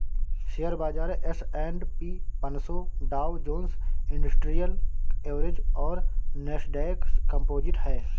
share बाजार S and P पनसो Dow Jones industrial average और नैस्डैक कंपोजिट है